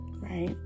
Right